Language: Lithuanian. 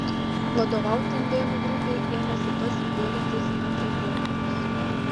vadovauti indėnų grupei ėmėsi pats spiegiantis antrepreneris